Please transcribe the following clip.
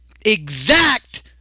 exact